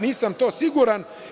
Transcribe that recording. Nisam u to siguran.